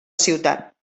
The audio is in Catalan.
ciutat